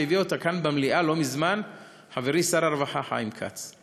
שהביא אותה כאן במליאה לא מזמן חברי שר הרווחה חיים כץ.